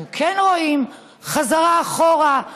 אנחנו כן רואים חזרה אחורה.